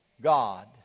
God